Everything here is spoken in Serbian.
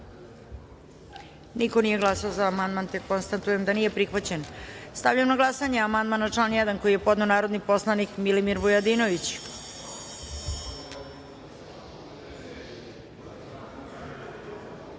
Niko nije glasao za amandman. Konstatujem da nije prihvaćen. Stavljam na glasanje amandman na član 1. koji je podneo narodni poslanik Milimir Vujadinović. Zaključujem